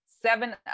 seven